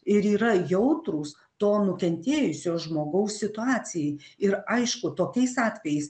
ir yra jautrūs to nukentėjusio žmogaus situacijai ir aišku tokiais atvejais